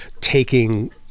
taking